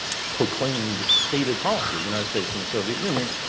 proclaimed stated policy of the united states and the soviet union.